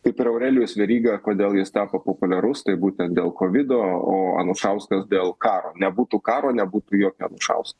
kaip ir aurelijus veryga kodėl jis tapo populiarus tai būtent dėl kovido o anušauskas dėl karo nebūtų karo nebūtų jokio anušausko